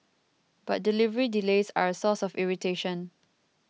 but delivery delays are a source of irritation